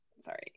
sorry